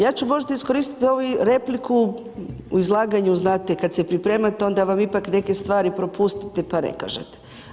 Ja ću možda iskoristit ovu repliku u izlaganju, znate kad se pripremate onda vam ipak neke stvari propustite pa ne kažete.